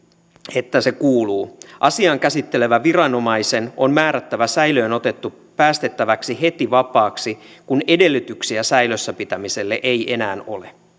että se kuuluu asiaa käsittelevän viranomaisen on määrättävä säilöön otettu päästettäväksi heti vapaaksi kun edellytyksiä säilössä pitämiselle ei enää ole